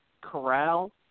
corral